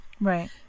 right